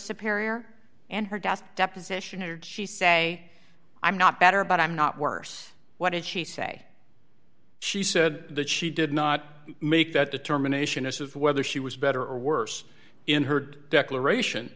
superior and her desk deposition energy say i'm not better but i'm not worse what did she say she said that she did not make that determination as of whether she was better or worse in herd declaration